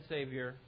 Savior